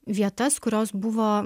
vietas kurios buvo